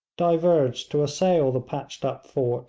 diverged to assail the patched up fort